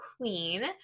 queen